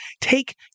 take